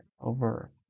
over